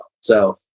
So-